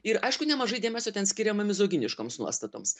ir aišku nemažai dėmesio ten skiriama mizoginiškoms nuostatoms